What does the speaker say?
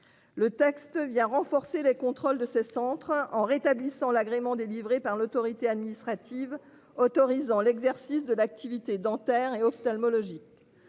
Le texte vient renforcer les contrôles de ce centre en rétablissant l'agrément délivré par l'autorité administrative autorisant l'exercice de l'activité dentaires et ophtalmologiques.